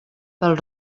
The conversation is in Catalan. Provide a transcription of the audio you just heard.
pel